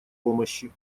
помощи